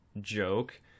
joke